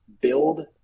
build